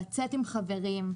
לצאת עם חברים,